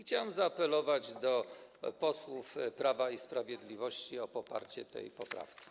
Chciałem zaapelować do posłów Prawa i Sprawiedliwości o poparcie tej poprawki.